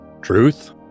Truth